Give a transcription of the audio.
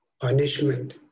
punishment